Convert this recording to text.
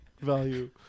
value